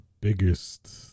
biggest